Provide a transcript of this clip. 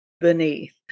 beneath